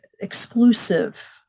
exclusive